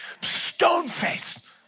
stone-faced